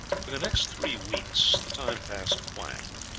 for the next three weeks the time passed quietly.